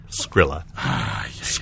Skrilla